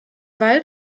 wald